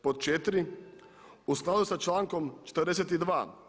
Pod 4. U skladu sa člankom 42.